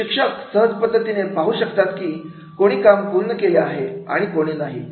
शिक्षक सहज पद्धतीने पाहू शकतात की कोणी काम पूर्ण केले आहे आणि कोणी नाही